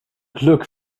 glück